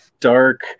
dark